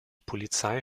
polizei